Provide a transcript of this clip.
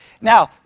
Now